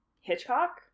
Hitchcock